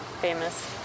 famous